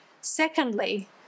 Secondly